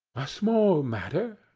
a small matter,